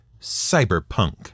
Cyberpunk